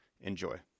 Enjoy